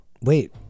Wait